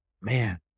Man